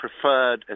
preferred